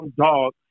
dog